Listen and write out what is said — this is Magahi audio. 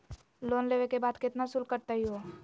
लोन लेवे के बाद केतना शुल्क कटतही हो?